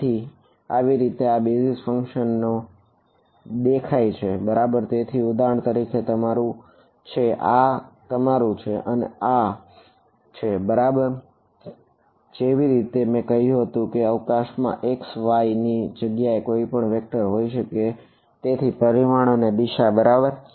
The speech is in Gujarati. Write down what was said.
તેથી આવી રીતે આ બેઝીઝ હશે તેથી પરિમાણ અને દિશા છે બરાબર